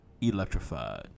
electrified